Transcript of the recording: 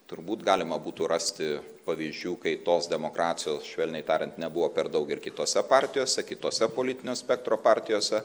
turbūt galima būtų rasti pavyzdžių kai tos demokracijos švelniai tariant nebuvo per daug ir kitose partijose kitose politinio spektro partijose